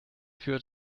führt